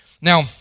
Now